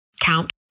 count